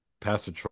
Pastor